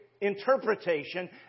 interpretation